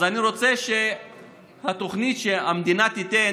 אני רוצה שהתוכנית שהמדינה תיתן,